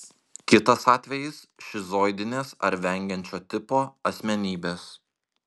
kitas atvejis šizoidinės ar vengiančio tipo asmenybės